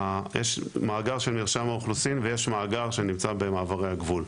את המאגר שנמצא במעברי הגבול.